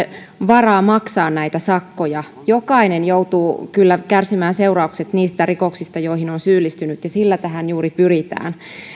varaa maksaa näitä sakkoja jokainen joutuu kyllä kärsimään seuraukset niistä rikoksista joihin on syyllistynyt ja siihen tällä juuri pyritään